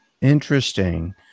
Interesting